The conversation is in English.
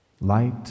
Light